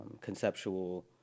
conceptual